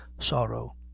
sorrow